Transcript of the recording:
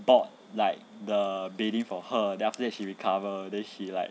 bought like the bedding for her then after that she recover then she like